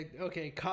Okay